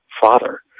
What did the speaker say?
father